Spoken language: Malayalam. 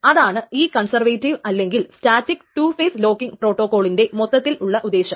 അതാണ് ഈ കൺസർവേറ്റീവ് അല്ലെങ്കിൽ സ്റ്റാറ്റിക് ടു ഫെയിസ് ലോക്കിങ്ങ് പ്രോട്ടോകോളിന്റെ മൊത്തത്തിൽ ഉള്ള ഉദ്ദേശം